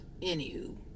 anywho